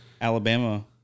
Alabama